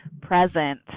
present